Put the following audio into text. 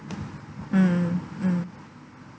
mm mm